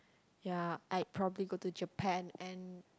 ya I'd probably go to Japan and